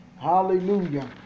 Hallelujah